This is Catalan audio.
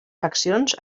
faccions